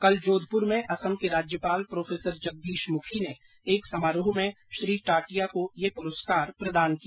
कल जोधपुर में असम के राज्यपाल प्रो जगदीश मुखी ने एक समारोह में श्री टाटिया को यह पुरस्कार प्रदान किया